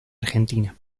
argentina